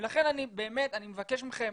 לכן אני מבקש מכם,